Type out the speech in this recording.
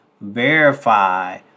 verify